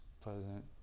pleasant